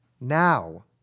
Now